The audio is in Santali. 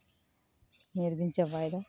ᱱᱤᱭᱟᱹ ᱨᱮᱜᱮᱧ ᱪᱟᱵᱟᱭᱫᱟ